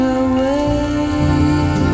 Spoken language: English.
away